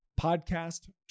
podcast